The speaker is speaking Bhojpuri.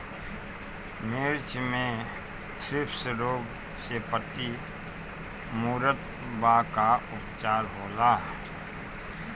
मिर्च मे थ्रिप्स रोग से पत्ती मूरत बा का उपचार होला?